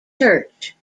church